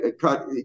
cut